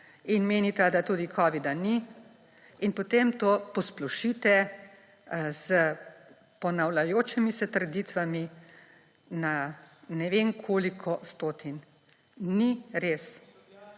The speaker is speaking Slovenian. in menita, da tudi covida ni in potem to posplošite s ponavljajočimi se trditvami na ne vem koliko stotin. Ni res!